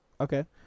Okay